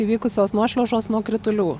įvykusios nuošliaužos nuo kritulių